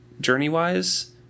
journey-wise